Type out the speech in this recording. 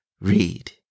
read